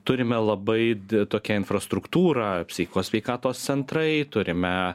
turime labai tokią infrastruktūrą psichikos sveikatos centrai turime